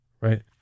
right